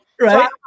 Right